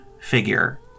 figure